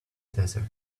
desert